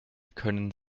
können